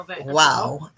wow